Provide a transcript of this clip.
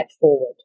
forward